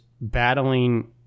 battling